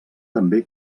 també